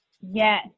Yes